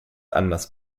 anders